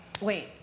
Wait